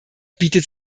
bietet